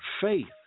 faith